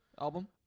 album